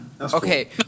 Okay